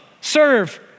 serve